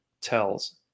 tells